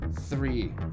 three